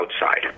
outside